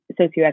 socioeconomic